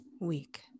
week